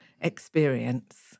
experience